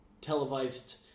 televised